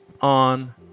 on